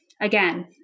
again